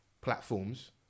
platforms